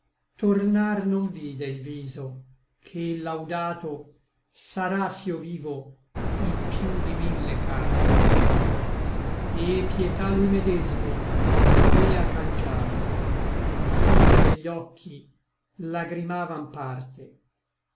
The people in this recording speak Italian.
tornar non vide il viso che laudato sarà s'io vivo in piú di mille carte et pietà lui medesmo avea cangiato sí che begli occhi lagrimavan parte